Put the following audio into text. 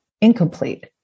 incomplete